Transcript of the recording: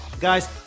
Guys